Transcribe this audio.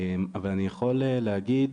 אבל אני יכול להגיד